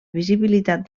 visibilitat